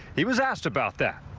he was asked about that.